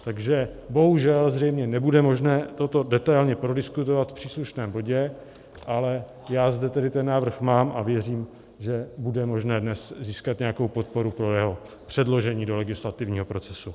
Takže bohužel zřejmě nebude možné toto detailně prodiskutovat v příslušném bodě, ale já zde tedy ten návrh mám a věřím, že bude možné dnes získat nějakou podporu pro jeho předložení do legislativního procesu.